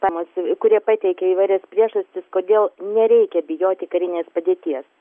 temos kurie pateikia įvairias priežastis kodėl nereikia bijoti karinės padėties